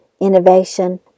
innovation